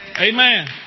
Amen